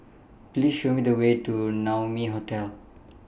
Please Show Me The Way to Naumi Hotel